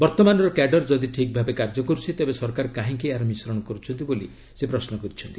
ବର୍ତ୍ତମାନର କ୍ୟାଡର ଯଦି ଠିକ୍ ଭାବେ କାର୍ଯ୍ୟ କରୁଛି ତେବେ ସରକାର କାହିଁକି ଏହାର ମିଶ୍ରଣ କରୁଛନ୍ତି ବୋଲି ସେ ପ୍ରଶ୍ନ କରିଛନ୍ତି